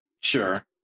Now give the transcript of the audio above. Sure